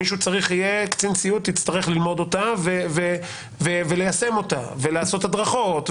אז קצין ציות יצטרך ללמוד אותה וליישם אותה ולעשות הדרכות.